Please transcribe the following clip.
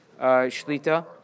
shlita